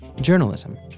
journalism